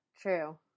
true